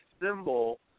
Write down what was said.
symbol